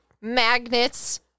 magnets